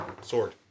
Sword